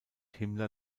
himmler